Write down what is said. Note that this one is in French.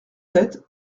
sept